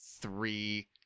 three